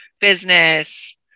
business